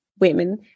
women